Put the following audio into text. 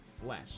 flesh